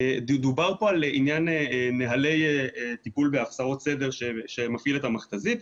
דובר פה על עניין נהלי טיפול בהפרות סדר שמפעיל את המכת"זית,